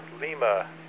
Lima